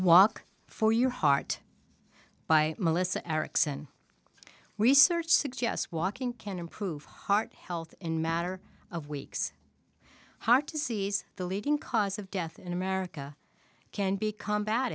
walk for your heart by melissa erickson research suggests walking can improve heart health in matter of weeks heart disease the leading cause of death in america can be combat